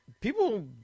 People